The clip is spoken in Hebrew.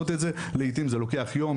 לעיתים זה לוקח יום,